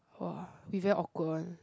!wow! be very awkward one